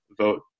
vote